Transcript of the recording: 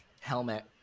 Helmet